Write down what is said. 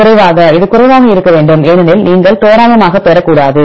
குறைவாக இது குறைவாக இருக்க வேண்டும் ஏனெனில் நீங்கள் தோராயமாக பெறக்கூடாது